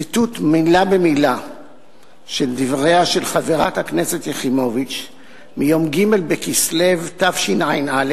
ציטוט מלה במלה של דבריה של חברת הכנסת יחימוביץ מיום ג' בכסלו תשע"א,